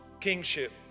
kingship